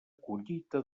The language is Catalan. collita